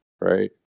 right